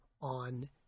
on